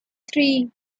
three